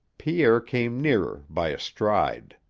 pierre came nearer by a stride.